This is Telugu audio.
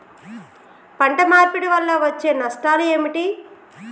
పంట మార్పిడి వల్ల వచ్చే నష్టాలు ఏమిటి?